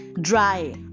dry